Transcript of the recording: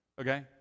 Okay